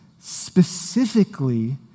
specifically